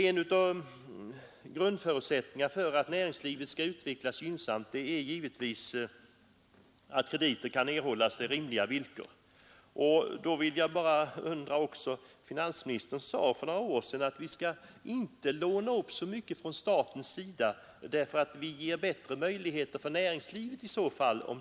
En av grundförutsättningarna för att näringslivet skall utvecklas gynnsamt är givetvis att krediter kan erhållas på rimliga villkor. Finansministern sade för några år sedan att staten inte skall låna upp så mycket pengar, eftersom det ger bättre lånemöjligheter för näringslivet.